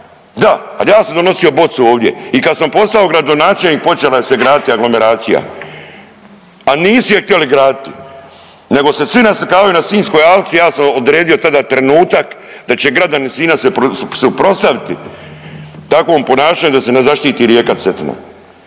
da, al ja vam sam donosio bocu ovdje. I kad sam postao gradonačelnik počela se je graditi aglomeracija, a nisu je htjeli graditi nego se svi naslikavaju na Sinjskoj alci, ja sam odredio tada trenutak da će građani Sinja se suprotstaviti takvom ponašanju da se ne zaštiti rijeka Cetina.